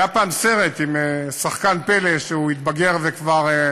היה פעם סרט עם שחקן ילד פלא, שהתבגר וכבר,